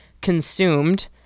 consumed